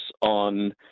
on